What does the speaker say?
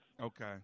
Okay